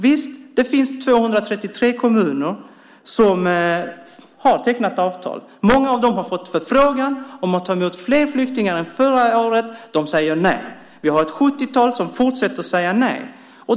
Visst, det finns 233 kommuner som har tecknat avtal. Många av dem har fått förfrågan om att ta emot fler flyktingar än förra året. De säger nej. Vi har ett 70-tal som fortsätter att sätta nej.